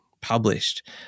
published